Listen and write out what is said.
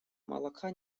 молока